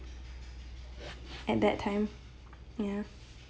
at that time ya